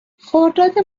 خرداد